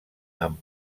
amb